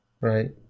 right